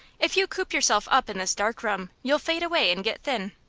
if you coop yourself up in this dark room, you'll fade away and get thin.